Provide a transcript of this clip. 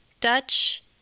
dutch